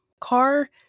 car